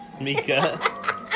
Mika